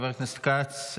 חבר הכנסת כץ,